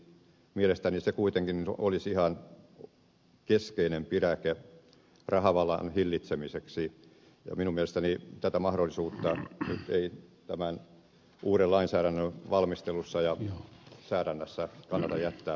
mielestäni se kuitenkin olisi ihan keskeinen pidäke rahavallan hillitsemiseksi ja minun mielestäni tätä mahdollisuutta ei tämän uuden lainsäädännön valmistelussa ja säädännässä kannata jättää